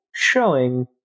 showing